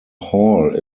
hall